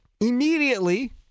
immediately